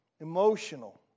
emotional